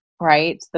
right